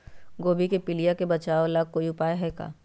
गोभी के पीलिया से बचाव ला कोई उपाय है का?